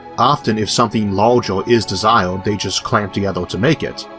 often if something larger is desired they just clamp together to make it,